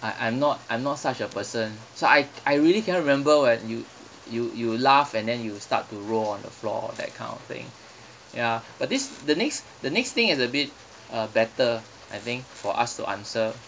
I I'm not I'm not such a person so I I really cannot remember when you you you laugh and then you start to roll on the floor that kind of thing ya but this the next the next thing is a bit uh better I think for us to answer